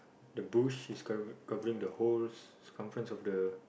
the bush is cover covering the whole circumference of the